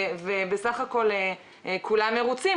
ובסך הכול כולם מרוצים,